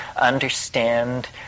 understand